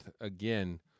again